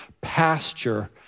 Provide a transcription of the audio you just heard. pasture